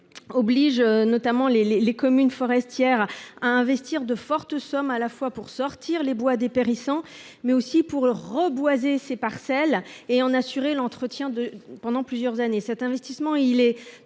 obligent notamment les communes forestières à investir de fortes sommes pour sortir les bois dépérissants, mais aussi pour reboiser ces parcelles et en assurer l’entretien pendant plusieurs années.